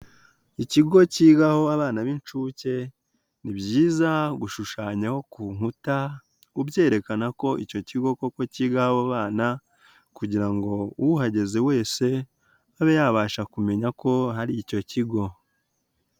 Ikigo cyigaho abana b'inshuke, ni byiza gushushanyaho ku nkuta ubyerekana ko icyo kigo koko kiga abo bana kugira ngo uhageze wese abe yabasha kumenya ko hari icyo kigo.